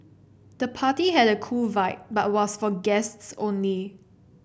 the party had a cool vibe but was for guests only